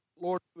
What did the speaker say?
Lord